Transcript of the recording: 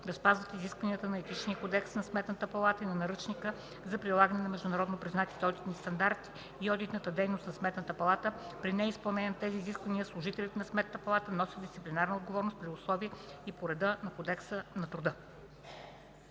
да спазват изискванията на Етичния кодекс на Сметната палата и на Наръчника за прилагане на международно признатите одитни стандарти и одитната дейност на Сметната палата. При неизпълнение на тези изисквания служителите на Сметната палата носят дисциплинарна отговорност при условията и по реда на Кодекса на труда.”